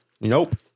nope